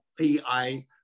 AI